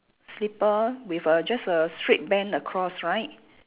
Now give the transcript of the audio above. slipper with a just a straight band across right